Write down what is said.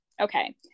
Okay